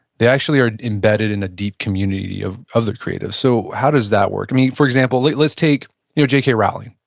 they actually are embedded in a deep community of other creatives. so how does that work? for example, let's take you know jk yeah rowling,